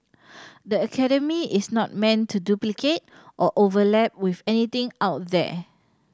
the academy is not meant to duplicate or overlap with anything out there